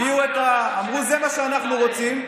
הביאו את, אמרו: זה מה שאנחנו רוצים.